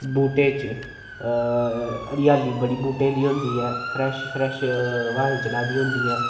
बूह्टे च हरेआली बड़ी बूह्टें दी होंदी ऐ फ्रैश फ्रैश हबाएं चला दियां होंदियां